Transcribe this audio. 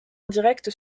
indirecte